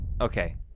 Okay